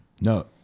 No